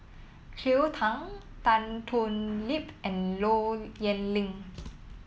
Cleo Thang Tan Thoon Lip and Low Yen Ling